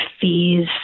fees